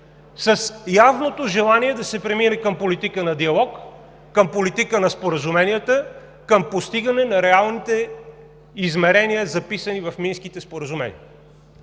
с явното желание да се премине към политика на диалог, към политика на споразуменията, към постигане на реалните измерения, записани в Минските споразумения.